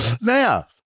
Now